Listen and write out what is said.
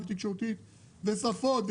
בתקשורת ובשפות,